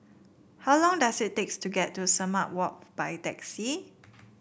how long does it takes to get to Sumang Walk by taxi